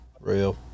Real